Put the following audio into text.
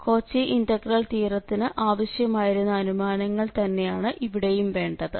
Cauchy integral തിയറത്തിനു ആവശ്യമായിരുന്ന അനുമാനങ്ങൾ തന്നെയാണ് ഇവിടെയും വേണ്ടത്